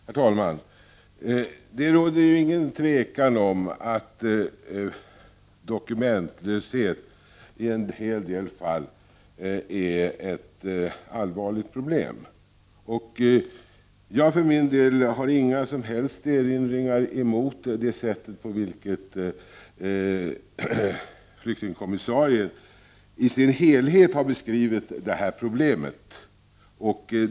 Herr talman! Det råder inget tvivel om att dokumentlösheten i en hel del fall är ett allvarligt problem. Jag för min del har inga som helst erinringar mot det sätt på vilket flyktingkommissarien har beskrivit detta problem i dess helhet.